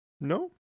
No